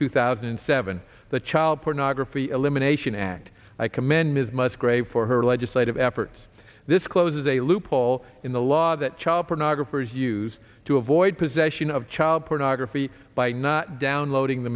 two thousand and seven the child pornography elimination act i commend ms musgrave for her legislative efforts this closes a loophole in the law that child pornographers use to avoid possession of child pornography by not downloading the